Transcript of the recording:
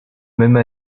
même